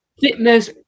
fitness